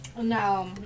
No